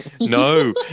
No